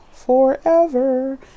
forever